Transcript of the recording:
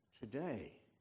today